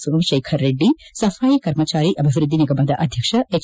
ಸೋಮಶೇಖರ್ ರೆಡ್ಲಿ ಸಫಾಯಿ ಕರ್ಮಚಾರಿ ಅಭಿವೃದ್ದಿ ನಿಗಮದ ಅಧ್ಯಕ್ಷ ಹೆಚ್